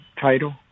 title